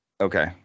Okay